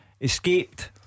Escaped